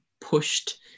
pushed